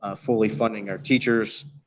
ah fully funding our teachers,